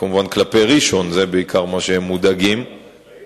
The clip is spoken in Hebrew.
כמובן, הם מודאגים כלפי ראשון-לציון.